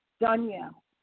Danielle